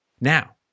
Now